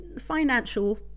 financial